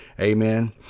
amen